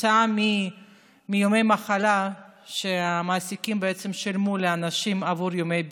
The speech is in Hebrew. כתוצאה מימי מחלה שהמעסיקים שילמו לאנשים עבור ימי בידוד,